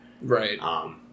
Right